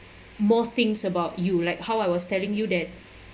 more things about you like how I was telling you that